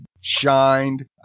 shined